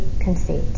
conceit